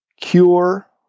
Cure